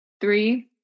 three